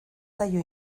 zaio